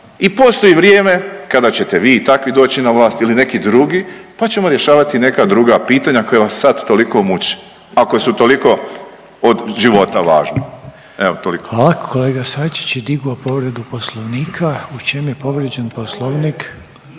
i postoji vrijeme kada ćete vi i takvi doći na vlast ili neki drugi pa ćemo rješavati neka druga pitanja koja vas toliko muče ako su toliko od života važna. Evo toliko. **Reiner, Željko (HDZ)** Hvala. Kolega Sačić je digo povredu poslovnika. U čemu je povrijeđen poslovnik?